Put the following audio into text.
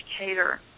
educator